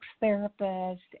therapist